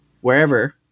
wherever